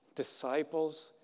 Disciples